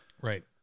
Right